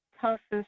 toughest